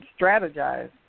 strategize